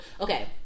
okay